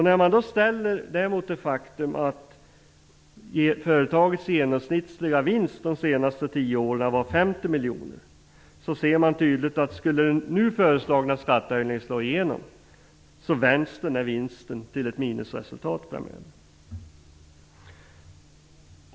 När man ställer det mot det faktum att företagets genomsnittliga vinst de senaste tio åren var 50 miljoner ser man tydligt att om den nu föreslagna skattehöjningen skulle slå igenom så vänds den här vinsten till ett minusresultat framöver.